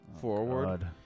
forward